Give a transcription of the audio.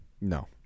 No